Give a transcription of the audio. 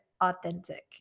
Authentic